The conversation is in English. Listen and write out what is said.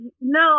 No